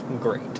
Great